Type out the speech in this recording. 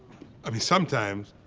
i mean, sometimes,